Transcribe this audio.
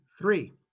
three